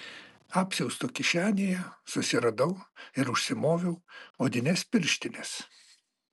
apsiausto kišenėje susiradau ir užsimoviau odines pirštines